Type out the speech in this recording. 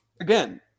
again